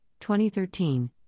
2013